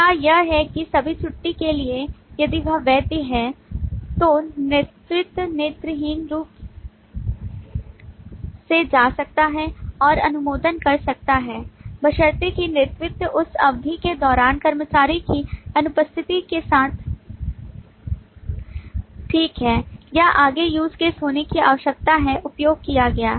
तो क्या यह है कि सभी छुट्टी के लिए यदि यह वैध है तो नेतृत्व नेत्रहीन रूप से जा सकता है और अनुमोदन कर सकता है बशर्ते कि नेतृत्व उस अवधि के दौरान कर्मचारी की अनुपस्थिति के साथ ठीक है या आगे use case होने की आवश्यकता है उपयोग किया गया